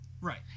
Right